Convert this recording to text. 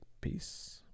Peace